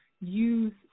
use